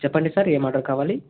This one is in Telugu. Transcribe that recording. చెప్పండి సార్ ఏం ఆర్డర్ కావాలి